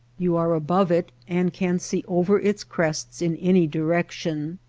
you are above it and can see over its crests in any direction.